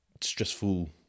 stressful